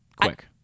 quick